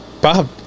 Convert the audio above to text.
Bob